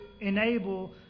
enable